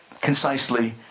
concisely